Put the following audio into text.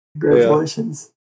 Congratulations